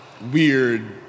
weird